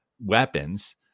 weapons